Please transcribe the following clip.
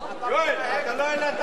יואל, אתה לא העלית הצעה בכלל.